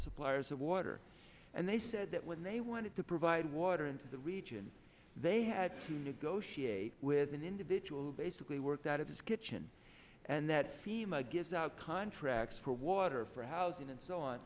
suppliers of water and they said that when they wanted to provide water in the region they had to negotiate with an individual basically worked out of his kitchen and that seem a gives out contracts for water for housing and so on